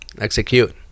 Execute